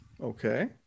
okay